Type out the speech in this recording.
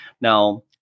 Now